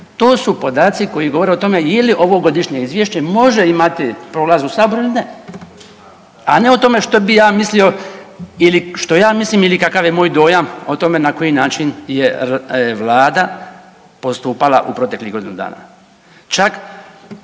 to su podaci koji govore o tome je li ovo Godišnje izvješće može imati prolaz u Saboru ili ne, a ne o tome što bi ja mislio ili što ja mislim ili kakav je moj dojam o tome na koji način je Vlada postupala u proteklih godinu dana. Čak